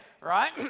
right